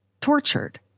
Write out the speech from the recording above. Tortured